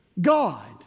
God